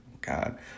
God